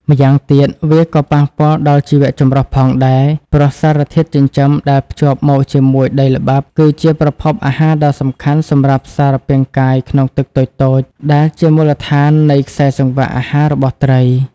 ម្យ៉ាងទៀត វាក៏ប៉ះពាល់ដល់ជីវចម្រុះផងដែរ ព្រោះសារធាតុចិញ្ចឹមដែលភ្ជាប់មកជាមួយដីល្បាប់គឺជាប្រភពអាហារដ៏សំខាន់សម្រាប់សារពាង្គកាយក្នុងទឹកតូចៗ ដែលជាមូលដ្ឋាននៃខ្សែសង្វាក់អាហាររបស់ត្រី។